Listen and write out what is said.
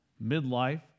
mid-life